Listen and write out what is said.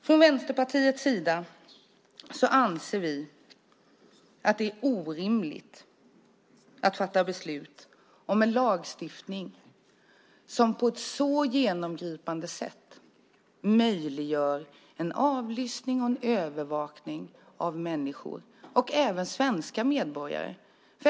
Från Vänsterpartiets sida anser vi att det är orimligt att man fattar beslut om en lagstiftning som på ett så genomgripande sätt möjliggör en avlyssning och en övervakning av människor, även svenska medborgare.